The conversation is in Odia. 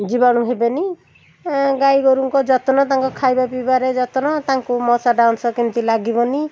ଜୀବାଣୁ ହେବେନି ଏଁ ଗାଈ ଗୋରୁଙ୍କ ଯତ୍ନ ତାଙ୍କ ଖାଇବା ପିଇବାରେ ଯତ୍ନ ତାଙ୍କୁ ମଶା ଡାଉଁସ କେମିତି ଲାଗିବନି